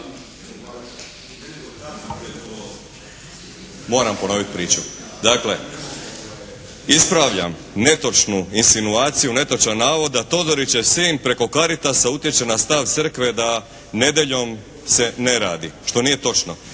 Moram ponoviti priču. Dakle ispravljam netočnu insinuaciju, netočan navod da Todorićev sin preko Caritasa utječe na stav crkve da nedjeljom se ne radi. Što nije točno.